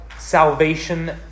salvation